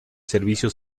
servicio